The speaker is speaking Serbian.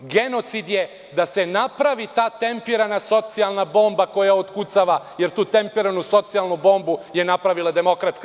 Genocid je da se napravita tempirana socijalna bomba koja otkucava, jer tu tempiranu socijalnu bombu je napravila DS.